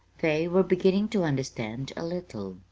they were beginning to understand a little.